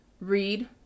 Read